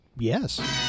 Yes